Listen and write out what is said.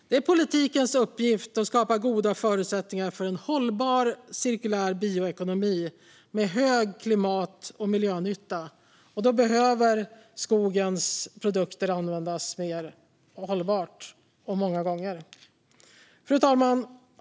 Det är politikens uppgift att skapa goda förutsättningar för en hållbar cirkulär bioekonomi med hög klimat och miljönytta. Då behöver skogens produkter användas mer hållbart och många gånger.